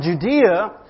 Judea